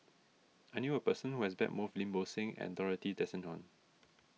I knew a person who has met both Lim Bo Seng and Dorothy Tessensohn